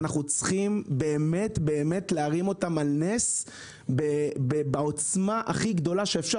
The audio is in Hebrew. אנחנו צריכים באמת באמת להרים אותם על נס בעוצמה הכי גדולה שאפשר